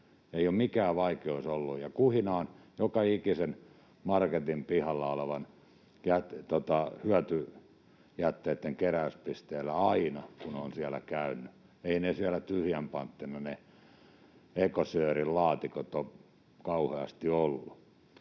Ei ole mikään vaikeus ollut, ja kuhina on joka ikisen marketin pihalla olevalla hyötyjätteitten keräyspisteellä aina, kun olen siellä käynyt. Eivät ne Ecosirin laatikot siellä tyhjän panttina ole kauheasti olleet.